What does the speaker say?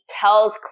tells